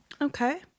Okay